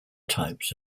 types